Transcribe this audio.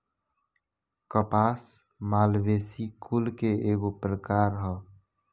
कपास मालवेसी कुल के एगो प्रकार ह